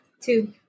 two